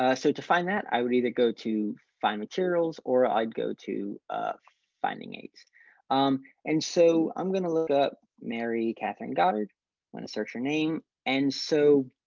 ah so, to find that i would either go to find materials or i'd go to finding aids um and so i'm going to look up mary catherine goddard and search her name. and so,